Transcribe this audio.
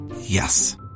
Yes